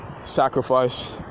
sacrifice